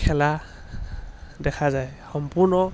খেলা দেখা যায় সম্পূৰ্ণ